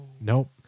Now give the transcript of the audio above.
nope